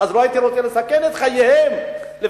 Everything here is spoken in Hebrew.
אז לא הייתי רוצה לסכן את חייהם לפחות.